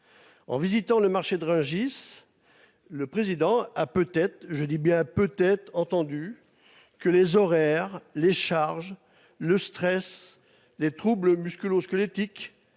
En visitant le marché de Rungis, le président a peut-être- je dis bien, peut-être -entendu que les horaires, les charges lourdes, le stress, les troubles musculo-squelettiques,